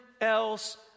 else